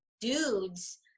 dudes